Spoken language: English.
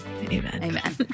amen